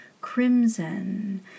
crimson